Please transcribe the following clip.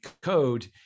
code